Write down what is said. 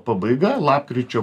pabaiga lapkričio